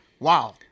wow